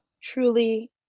truly